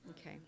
okay